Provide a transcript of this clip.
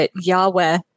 Yahweh